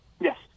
Yes